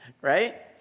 right